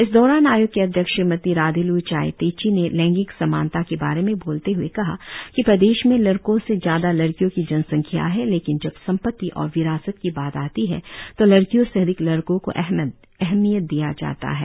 इस दौरान आयोग के अध्यक्ष श्रीमती राधिल् चाई तेची ने लैंगिक समानता के बारे में बोलते हए कहा कि प्रदेश में लड़कों से ज्यादा लड़कियों की जनसंख्या है लेकिन जब संपत्ति और विरासत की बात आती है तो लड़कियों से अधिक लड़कों को अहमियत दिया जाता है